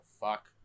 fuck